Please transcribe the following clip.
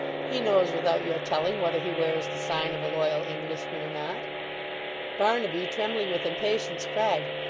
he knows, without your telling, whether he wears the sign of a loyal englishman or not barnaby, trembling with impatience, cried,